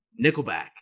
Nickelback